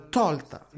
tolta